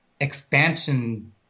expansion